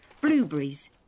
Blueberries